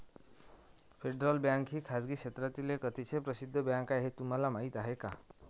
Federal Bank ही खासगी क्षेत्रातील एक अतिशय प्रसिद्ध बँक आहे हे तुम्हाला माहीत आहे का?